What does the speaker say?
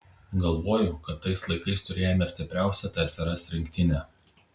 galvoju kad tais laikais turėjome stipriausią tsrs rinktinę